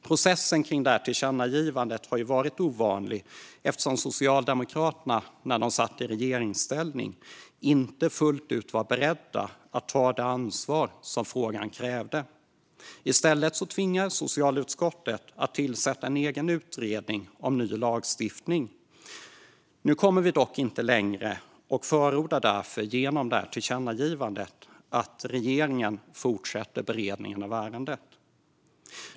Processen kring detta tillkännagivande har varit ovanlig eftersom Socialdemokraterna när de satt i regeringsställning inte fullt ut var beredda att ta det ansvar frågan krävde. I stället tvingades socialutskottet att tillsätta en egen utredning om ny lagstiftning. Nu kommer vi dock inte längre och förordar därför genom detta föreslagna tillkännagivande att regeringen fortsätter beredningen av ärendet.